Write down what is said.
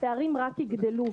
הפערים רק יגדלו.